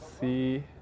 see